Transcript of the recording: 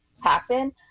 happen